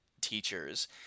teachers